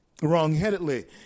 Wrongheadedly